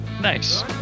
Nice